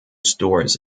stores